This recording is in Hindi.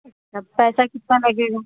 अच्छा पैसा कितना लगेगा